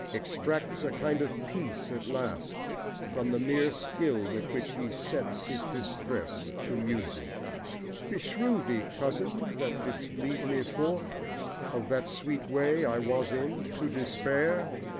extracts a kind of peace at last from the mere skill with which he sets his distress to music beshrew thee, cousin, that didst lead me forth of that sweet way i was in to despair!